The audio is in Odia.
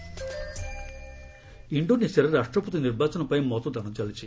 ଇଣ୍ଡୋନେସିଆ ପୋଲ୍ସ୍ ଇଣ୍ଡୋନେସିଆରେ ରାଷ୍ଟ୍ରପତି ନିର୍ବାଚନ ପାଇଁ ମତଦାନ ଚାଲିଛି